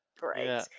great